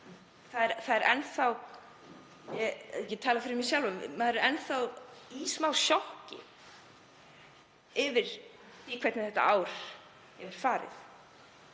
maður er enn þá í smá sjokki yfir því hvernig þetta ár hefur farið